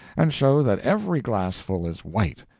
and show that every glassful is white,